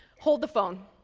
hold the phone!